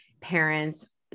parents